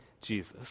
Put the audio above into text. jesus